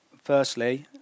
Firstly